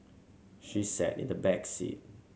she sat in the back seat